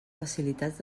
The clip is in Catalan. facilitats